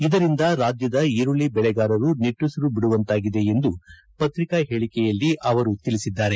ಇದರಿಂದ ರಾಜ್ಯದ ಈರುಳ್ಳಿ ಬೆಳೆಗಾರರು ನಿಟ್ಟುಸಿರು ಬಿಡುವಂತಾಗಿದೆ ಎಂದು ಪತ್ರಿಕಾ ಹೇಳಿಕೆಯಲ್ಲಿ ಅವರು ತಿಳಿಸಿದ್ದಾರೆ